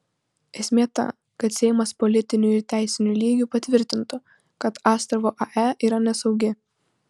esmė ta kad seimas politiniu ir teisiniu lygiu patvirtintų kad astravo ae yra nesaugi